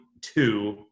two